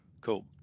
cool